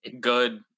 good